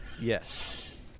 Yes